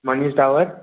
Manish tower